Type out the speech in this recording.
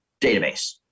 database